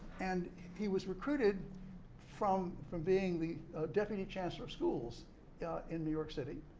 and he was recruited from from being the deputy chancellor of schools in new york city,